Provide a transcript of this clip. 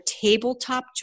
tabletop